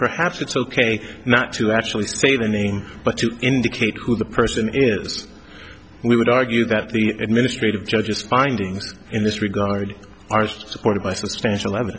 perhaps it's ok not to actually say the name but to indicate who the person is we would argue that the administrative judge's findings in this regard are supported by substantial ev